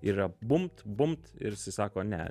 yra bumt bumt ir jisai sako ne